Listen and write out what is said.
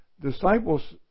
disciples